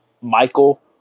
michael